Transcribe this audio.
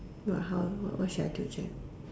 what how ah what what should I do